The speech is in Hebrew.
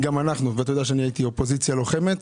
גם אנחנו, ואתה יודע שאני הייתי אופוזיציה לוחמת.